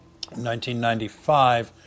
1995